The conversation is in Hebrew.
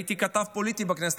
הייתי כתב פוליטי בכנסת,